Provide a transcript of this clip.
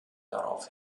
darauf